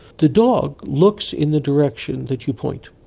the dog looks in the direction that you point.